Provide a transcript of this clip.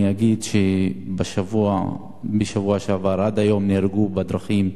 אני אגיד שבשבוע שעבר עד היום נהרגו בדרכים